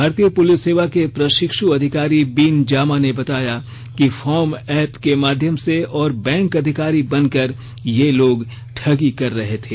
भारतीय पुलिस सेवा के प्रशिक्षु अधिकारी बीन जामा ने बताया कि फार्म एप के माध्यम से और बैंक अधिकारी बनकर ये लोग ठगी कर रहे थे